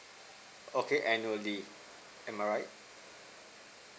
okay annually am I right